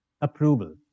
approval